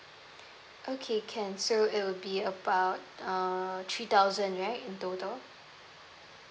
okay can so it will be about uh three thousand right in total